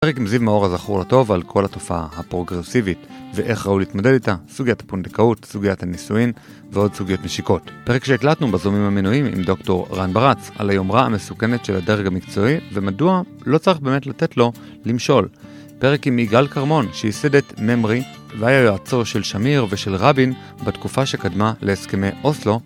פרק מזיו מאור הזכור לטוב על כל התופעה הפרוגרסיבית ואיך ראוי להתמדד איתה, סוגיית הפונדקאות, סוגיית הנישואין ועוד סוגיות נשיקות. פרק שהקלטנו בזומים המנויים עם דוקטור רן ברץ על היומרה המסוכנת של הדרג המקצועי ומדוע לא צריך באמת לתת לו למשול. פרק עם יגאל קרמון שייסד את ממרי והיה יועצו של שמיר ושל רבין בתקופה שקדמה להסכמי אוסלו.